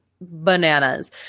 bananas